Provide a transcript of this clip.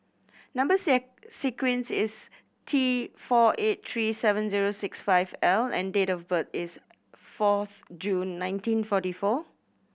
number sequence is T four eight three seven zero six five L and date of birth is fourth June nineteen forty four